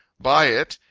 by it,